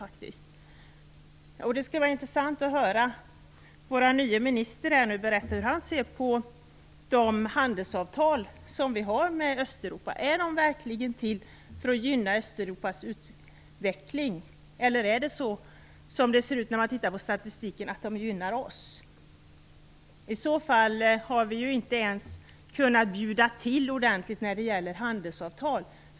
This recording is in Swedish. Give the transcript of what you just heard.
Det skulle vara intressant att höra vår nye minister berätta hur han ser på de handelsavtal som vi har med Östeuropa. Är de verkligen till för att gynna Östeuropas utveckling, eller gynnar de oss, som det ser ut när man tittar på statistiken? I så fall har vi inte ens kunnat bjuda till ordentligt när det gäller handelsavtal.